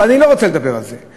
אבל אני לא רוצה לדבר על זה.